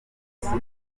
cartas